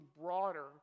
broader